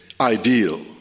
ideal